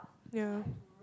ya